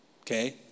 Okay